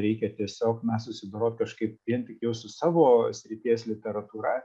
reikia tiesiog na susidorot kažkaip vien tik jau su savo srities literatūra